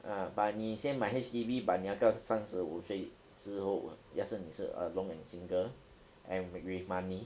mm but 你先买 H_D_B but 你要在三十五岁之后要是你是 alone and single and with money